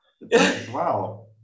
Wow